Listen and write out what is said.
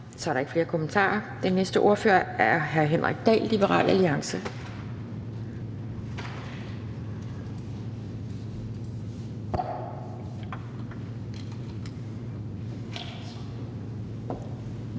Så er der ikke flere kommentarer. Den næste ordfører er hr. Henrik Dahl, Liberal Alliance.